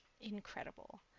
incredible